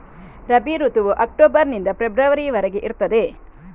ರಬಿ ಋತುವು ಅಕ್ಟೋಬರ್ ನಿಂದ ಫೆಬ್ರವರಿ ವರೆಗೆ ಇರ್ತದೆ